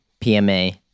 PMA